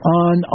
on